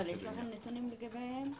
יש לכם נתונים לגביהם?